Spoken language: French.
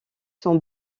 sont